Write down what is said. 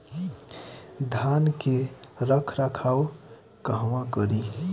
धान के रख रखाव कहवा करी?